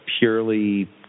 purely